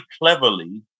cleverly